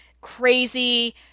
crazy